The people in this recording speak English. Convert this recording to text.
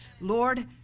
Lord